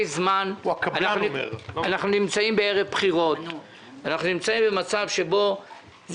זמן אנחנו נמצאים ערב בחירות ואנחנו נמצאים במצב שבו זה